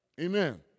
Amen